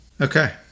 Okay